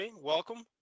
welcome